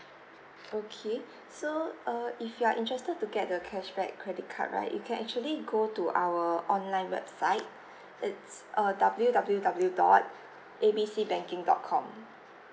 okay so err if you are interested to get the cashback credit card right you can actually go to our online website it's uh W W W dot A B C banking dot com